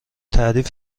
تعریف